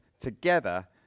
together